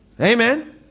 Amen